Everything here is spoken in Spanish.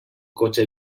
coche